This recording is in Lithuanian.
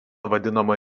vadinama